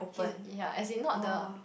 he's ya as in not the